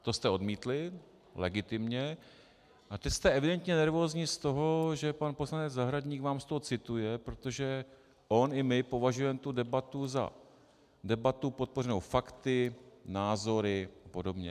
To jste odmítli legitimně a teď jste evidentně nervózní z toho, že pan poslanec Zahradník vám z toho cituje, protože on i my považujeme tu debatu za debatu podpořenou fakty, názory, podobně.